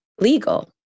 legal